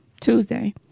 Tuesday